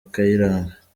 kayiranga